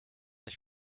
ich